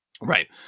Right